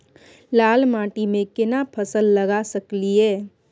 लाल माटी में केना फसल लगा सकलिए?